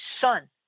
son